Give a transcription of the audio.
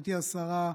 גברתי השרה,